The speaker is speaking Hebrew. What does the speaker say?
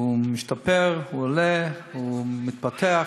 הוא משתפר, הוא עולה, הוא מתפתח.